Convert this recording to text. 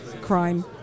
crime